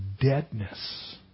deadness